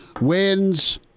wins